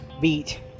Beat